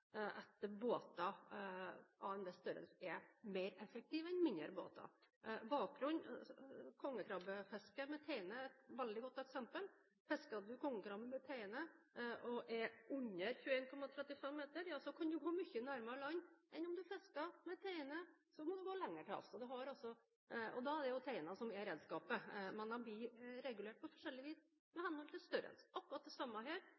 etter min mening. Nei, det er ikke redskapstype, det er størrelsen. For det er jo ikke tvil om at båter av en viss størrelse er mer effektive enn mindre båter. Kongekrabbefiske med teine er et veldig godt eksempel. Fisker du kongekrabbe med teine fra en båt under 21,35 meter, kan du gå mye nærmere land enn om du fisker med teine og må gå lenger ut til havs, og da er det jo teina som er redskapet. Man blir regulert på forskjellig